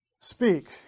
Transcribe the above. speak